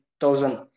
thousand